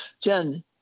Jen